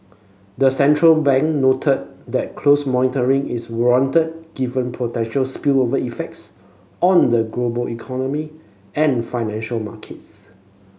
the central bank noted that close monitoring is warranted given potential spillover effects on the global economy and financial markets